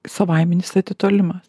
savaiminis atitolimas